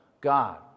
God